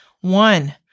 One